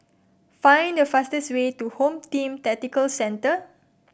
find the fastest way to Home Team Tactical Centre